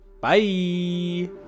bye